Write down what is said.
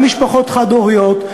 גם משפחות חד-הוריות,